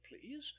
please